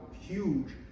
huge